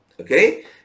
okay